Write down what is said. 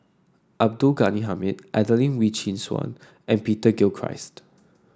Abdul Ghani Hamid Adelene Wee Chin Suan and Peter Gilchrist